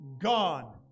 Gone